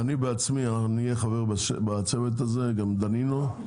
אני בעצמי אהיה חבר בצוות הזה, גם דנינו.